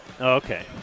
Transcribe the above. Okay